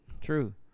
true